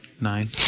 nine